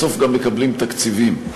בסוף גם מקבלים תקציבים.